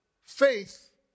faith